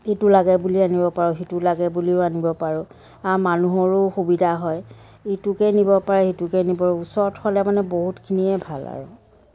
ইটো লাগে বুলি আনিব পাৰোঁ সিটো লাগে বুলিও আনিব পাৰোঁ আৰু মানুহৰো সুবিধা হয় ইটোকেই নিব পাৰে সিটোকে নিব ওচৰত হ'লে মানে বহুতখিনিয়ে ভাল আৰু